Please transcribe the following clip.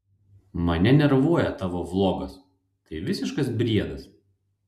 mane nervuoja tavo vlogas tai visiškas briedas